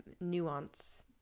nuance